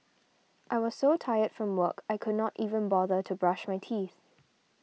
I was so tired from work I could not even bother to brush my teeth